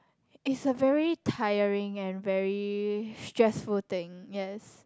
it's a very tiring and very stressful thing yes